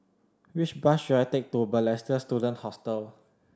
which bus should I take to Balestier Student Hostel